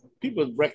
people